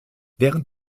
während